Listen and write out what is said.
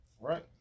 right